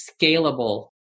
scalable